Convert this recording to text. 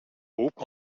groupe